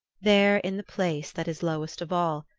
there, in the place that is lowest of all,